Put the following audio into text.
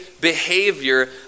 behavior